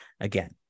again